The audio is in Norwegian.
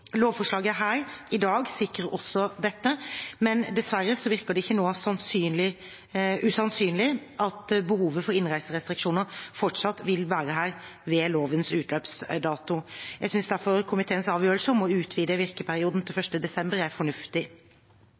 Lovforslaget her i dag sikrer også dette, men dessverre virker det ikke nå usannsynlig at behovet for innreiserestriksjoner fortsatt vil være her ved lovens utløpsdato. Jeg synes derfor komiteens avgjørelse om å utvide virkeperioden til 1. desember er fornuftig.